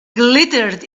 glittered